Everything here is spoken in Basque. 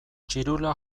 txirula